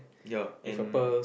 ya and